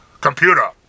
computer